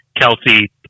Kelsey